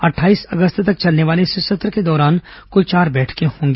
अट्ठाईस अगस्त तक चलने वाले इस सत्र के दौरान कुल चार बैठकें होंगी